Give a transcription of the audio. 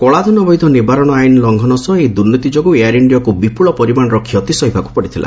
କଳାଧନ ବୈଧ ନିବାରଣ ଆଇନ ଲଙ୍ଘନ ସହ ଏହି ଦୂର୍ନୀତି ଯୋଗୁଁ ଏୟାର ଇଣ୍ଡିଆକୁ ବିପୁଳ ପରିମାଣର କ୍ଷତି ସହିବାକୁ ପଡ଼ିଥିଲା